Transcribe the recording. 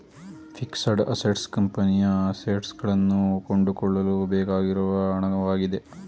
fixed assets ಕಂಪನಿಯ assets ಗಳನ್ನು ಕೊಂಡುಕೊಳ್ಳಲು ಬೇಕಾಗಿರುವ ಹಣವಾಗಿದೆ